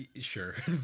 Sure